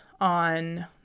on